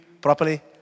properly